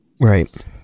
Right